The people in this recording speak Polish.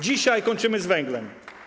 Dzisiaj kończymy z węglem.